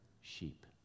sheep